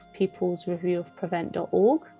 peoplesreviewofprevent.org